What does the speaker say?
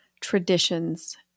traditions